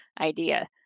idea